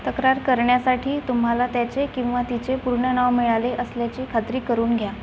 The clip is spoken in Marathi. तक्रार करण्यासाठी तुम्हाला त्याचे किंवा तिचे पूर्ण नाव मिळाले असल्याची खात्री करून घ्या